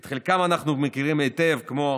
את חלקם אנחנו מכירים היטב, כמו